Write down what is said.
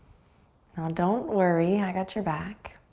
now, don't worry. i got your back.